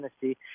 Tennessee